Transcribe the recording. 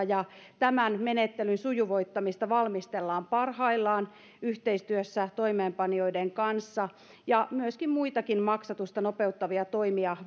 ja tämän menettelyn sujuvoittamista valmistellaan parhaillaan yhteistyössä toimeenpanijoiden kanssa ja muitakin maksatusta nopeuttavia toimia